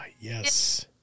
Yes